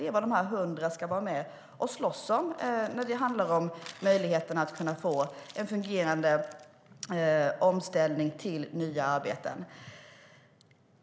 Det är vad dessa 100 ska vara med och slåss om när det handlar om möjligheterna att få en fungerande omställning till nya arbeten.